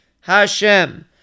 Hashem